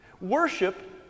Worship